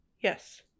Yes